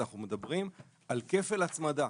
אנחנו מדברים על כפל הצמדה,